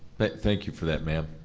but thank you for that, ma'am